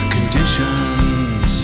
Conditions